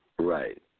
Right